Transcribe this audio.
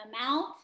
amount